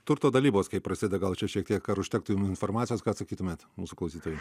turto dalybos kaip prasideda gal čia šiek tiek ar užtektų jum informacijos ką atsakytumėt mūsų klausytojai